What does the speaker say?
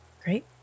Great